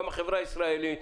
גם החברה הישראלית,